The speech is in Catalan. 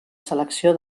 selecció